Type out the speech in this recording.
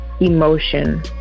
emotion